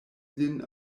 lin